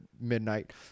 midnight